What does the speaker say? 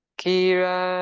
kira